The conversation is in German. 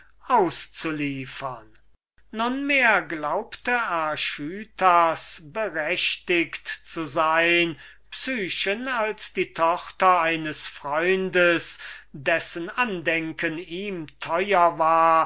auszuliefern nunmehr glaubte archytas berechtigt zu sein psyche als die tochter eines freundes dessen andenken ihm teuer war